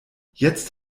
jetzt